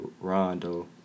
Rondo